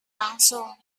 langsung